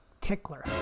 tickler